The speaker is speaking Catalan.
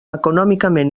econòmicament